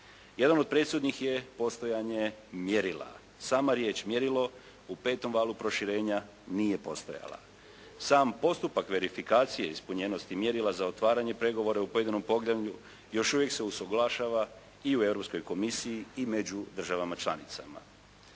Jedan od presudnih je postojanje mjerila. Sama riječ mjerilo u petom valu proširenja nije postojala. Sam postupak verifikacije ispunjenosti mjerila za otvaranje pregovora u pojedinom poglavlju još uvijek se usuglašava i u Europskoj komisiji i među državama članicama.